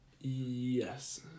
Yes